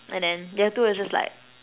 and then year two is just like